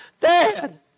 Dad